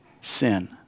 sin